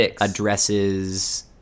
addresses